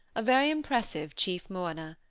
a very impressive chief-mourner.